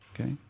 Okay